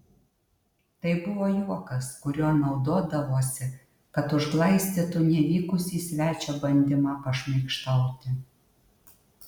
tai buvo juokas kuriuo naudodavosi kad užglaistytų nevykusį svečio bandymą pašmaikštauti